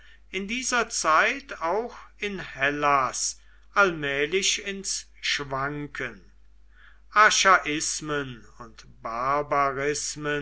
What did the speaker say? in dieser zeit auch in hellas allmählich ins schwanken archaismen und